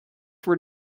were